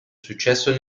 successo